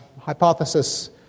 hypothesis